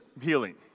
healing